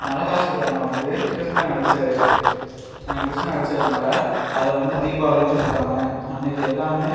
நரகாசுரன வந்து கிருஷ்ணன் அடிச்சாரு கிருஷ்ணன அழிச்சதுனால் அதை வந்து தீபாவளின்னு சொல்கிறாங்க அன்றைக்கி எல்லாமே